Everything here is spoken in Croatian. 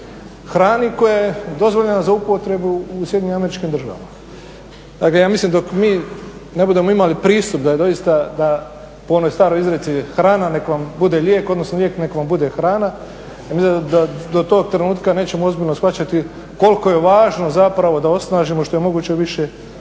hrani koja je dozvoljena za upotrebu u SAD-u. Dakle, ja mislim dok mi ne budemo imali … da doista, po onoj staroj izreci, hrana nek' vam bude lijek, odnosno lijek nek' vam bude hrana, do tog trenutka nećemo ozbiljno shvaćati koliko je važno zapravo da osnažimo što je moguće više